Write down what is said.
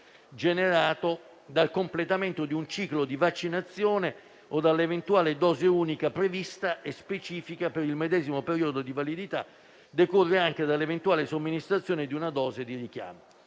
generato dal completamento di un ciclo di vaccinazione o dall'eventuale dose unica prevista e specifica per il medesimo periodo di validità, che decorre anche dall'eventuale somministrazione di una dose di richiamo.